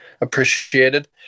appreciated